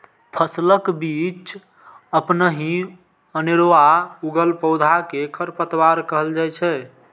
फसलक बीच अपनहि अनेरुआ उगल पौधा कें खरपतवार कहल जाइ छै